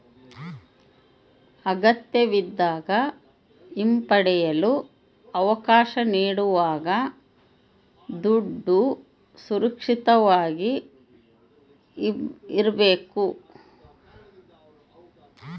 ಅಗತ್ಯವಿದ್ದಾಗ ಹಿಂಪಡೆಯಲು ಅವಕಾಶ ನೀಡುವಾಗ ದುಡ್ಡು ಸುರಕ್ಷಿತವಾಗಿ ಇರ್ಬೇಕು